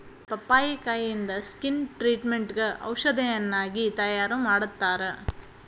ಪಪ್ಪಾಯಿಕಾಯಿಂದ skin ಟ್ರಿಟ್ಮೇಟ್ಗ ಔಷಧಿಯನ್ನಾಗಿ ತಯಾರಮಾಡತ್ತಾರ